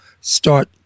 Start